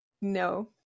No